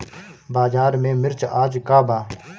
बाजार में मिर्च आज का बा?